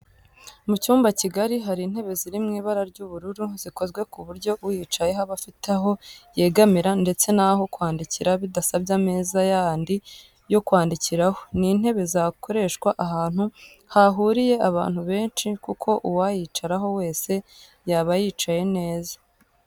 Mu cyumba kigari hari intebe ziri mu ibara ry'ubururu zikozwe ku buryo uyicayeho aba afite aho yegamira ndetse n'aho kwandikira bidasabye ameza yandi yo kwandikiraho. Ni intebe zakoreshwa ahantu hahuriye abantu benshi kuko uwayicaraho wese yaba yicaye neza.